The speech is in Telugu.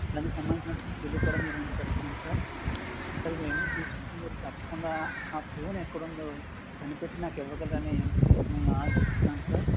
దానికి సంబంధించినటువంటి బిల్లు కూడా మీ ముందు పెడుతున్నాను సార్ సార్ ఇవి అన్నీ తీసుకొని మీరు తప్పకుండా ఆ ఫోన్ ఎక్కడ ఉందో కనిపెట్టి నాకు ఇవ్వగలరు అని మిమ్మల్ని ఆశిస్తున్నాను సార్